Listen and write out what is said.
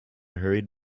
hurried